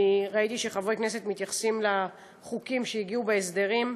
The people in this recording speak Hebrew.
כי ראיתי שחברי כנסת מתייחסים לחוקים שהגיעו בחוק ההסדרים: